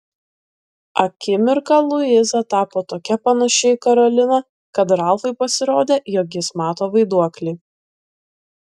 akimirką luiza tapo tokia panaši į karoliną kad ralfui pasirodė jog jis mato vaiduoklį